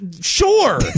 sure